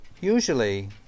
Usually